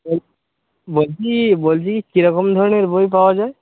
এই বলছি বলছি কিরকম ধরনের বই পাওয়া যায়